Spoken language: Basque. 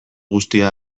guztia